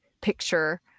picture